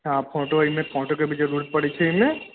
हँ फोटो एहिमे फोटो के भी जरुरत पड़ै छै एहिमे